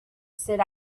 sit